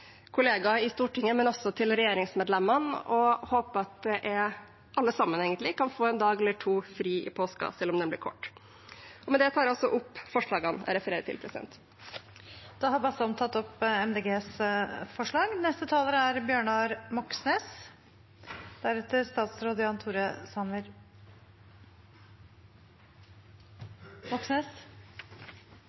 kollegaer i Stortinget og til regjeringsmedlemmene, og håper at alle sammen kan få en dag eller to fri i påsken, selv om den blir kort. Med det tar jeg opp forslagene jeg refererte til. Representanten Une Bastholm har tatt opp de forslagene hun refererte til. Det er